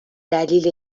دلیل